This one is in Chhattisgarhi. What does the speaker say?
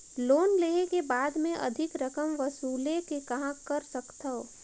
लोन लेहे के बाद मे अधिक रकम वसूले के कहां कर सकथव?